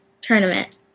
tournament